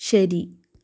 ശരി